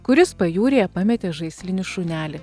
kuris pajūryje pametė žaislinį šunelį